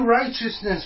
righteousness